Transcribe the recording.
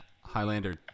Highlander